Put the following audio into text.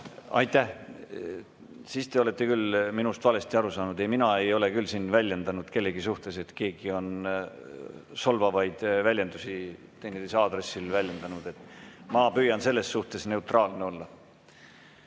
Aitäh! Siis te olete küll minust valesti aru saanud. Ei, mina ei ole küll siin väljendanud kellegi suhtes seda, et keegi on solvavaid väljendusi teineteise aadressil väljendanud. Ma püüan selles suhtes neutraalne olla.